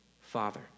Father